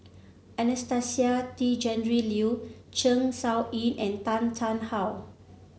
Anastasia Tjendri Liew Zeng Shouyin and Tan Tarn How